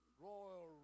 royal